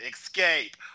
Escape